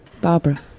Barbara